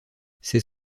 ces